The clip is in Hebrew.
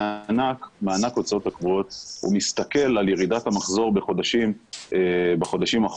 מענק ההוצאות הקבועות מסתכל על ירידת המחזור בחודשים אחורה,